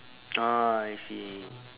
orh I see